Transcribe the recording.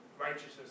righteousness